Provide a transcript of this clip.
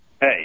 Hey